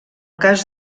cas